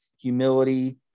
humility